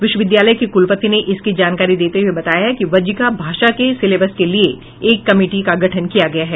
विश्वविद्यालय के कुलपति ने इसकी जानकारी देते हुए बताया है कि वज्जिका भाषा के सिलेबस के लिए एक कमिटी का गठन किया गया है